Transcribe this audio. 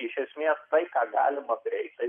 iš esmės tai ką galima greitai